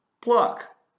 pluck